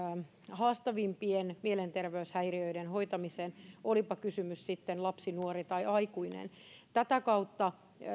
haastavimpien mielenterveyshäiriöiden hoitamiseen olipa kyseessä sitten lapsi nuori tai aikuinen tätä kautta